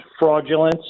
fraudulence